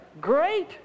Great